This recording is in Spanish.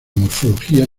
morfología